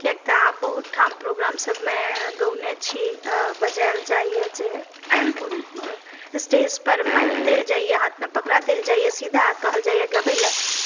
कियाक तऽ आब बहुत ठाम प्रोग्रामसभमे गओने छी आ बजायल जाइए जे स्टेजपर माइक देल जाइए हाथमे पकड़ा देल जाइए सीधा आ कहल जाइए गबय लेल